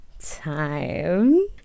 time